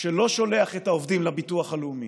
שלא שולח את העובדים לביטוח הלאומי.